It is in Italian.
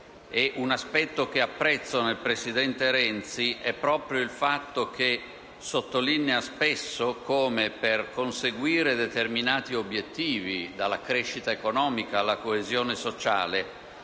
Un aspetto che apprezzo del presidente Renzi è proprio il fatto di sottolineare spesso che per conseguire determinati obiettivi, dalla crescita economica alla coesione sociale,